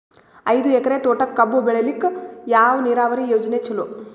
ಐದು ಎಕರೆ ತೋಟಕ ಕಬ್ಬು ಬೆಳೆಯಲಿಕ ಯಾವ ನೀರಾವರಿ ಯೋಜನೆ ಚಲೋ?